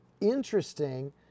interesting